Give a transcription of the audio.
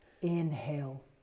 Inhale